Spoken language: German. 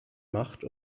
macht